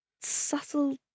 subtle